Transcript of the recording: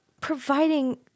providing